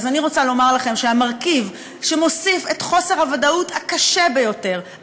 אני רוצה לומר לכם שהמרכיב שמוסיף את חוסר הוודאות הקשה ביותר,